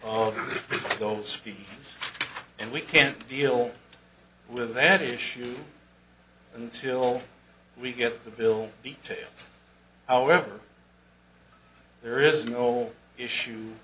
of those fees and we can't deal with that issue until we get the bill details however there is no issue